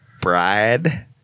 bride